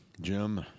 Jim